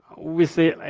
we say,